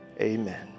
amen